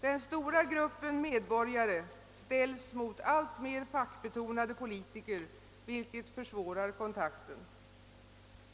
Den stora gruppen medborgare ställs mot alltmer fackbetonade politiker, vilket försvårar kontakten.